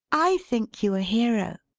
i think you a hero.